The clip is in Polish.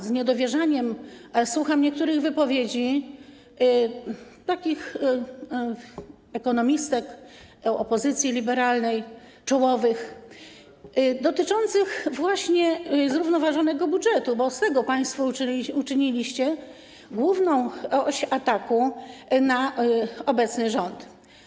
Z niedowierzaniem słucham niektórych wypowiedzi takich czołowych ekonomistek opozycji liberalnej, dotyczących właśnie zrównoważonego budżetu, bo z tego państwo uczyniliście główną oś ataku na obecny rząd.